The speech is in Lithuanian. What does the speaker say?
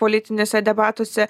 politiniuose debatuose